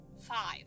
five